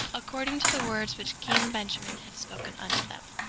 according to the words which king benjamin had spoken unto them.